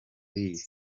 lil